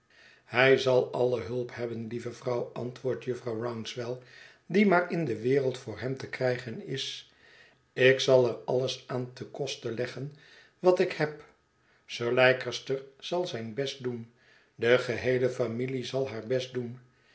hij zal alle hulp hebben lieve vrouw antwoordt jufvrouw rouncewell die maar in de wereld voor hem te krijgen is ik zal er alles aan te koste leggen wat ik heb sir leicester zal zijn best doen de geheele familie zal haar best doen